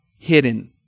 hidden